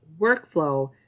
workflow